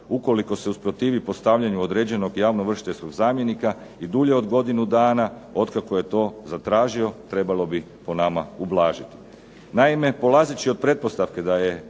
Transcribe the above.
ukoliko se usprotivi postavljanju određenog javno ovršiteljskog zamjenika i dulje od godinu dana od kako je to zatražio trebalo bi po nama ublažiti. Naime, polazeći od pretpostavke da je